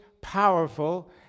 powerful